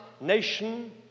nation